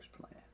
plan